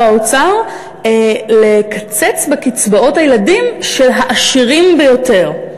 האוצר לקצץ בקצבאות הילדים של העשירים ביותר.